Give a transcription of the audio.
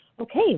Okay